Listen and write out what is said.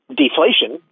deflation